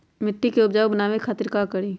मिट्टी के उपजाऊ बनावे खातिर का करी?